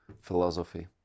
philosophy